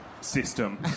system